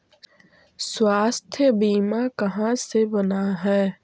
स्वास्थ्य बीमा कहा से बना है?